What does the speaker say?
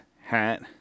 hat